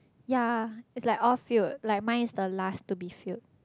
ya it's like all filled like mine is the last to be filled